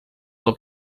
del